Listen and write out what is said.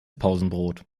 pausenbrot